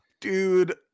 Dude